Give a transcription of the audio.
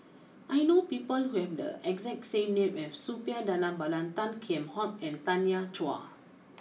I know people who have the exact name as Suppiah Dhanabalan Tan Kheam Hock and Tanya Chua